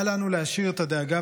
אל לנו להשאיר את הדאגה,